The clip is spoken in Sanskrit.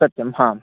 सत्यं हाम्